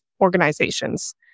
organizations